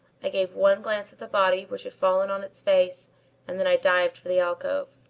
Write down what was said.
i gave one glance at the body which had fallen on its face and then i dived for the alcove.